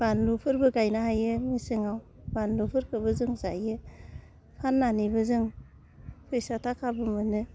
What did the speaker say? बानलुफोरबो गायनो हायो मेसेंआव बानलुफोरखौबो जों जायो फान्नानैबो जों फैसा थाखाबो मोनो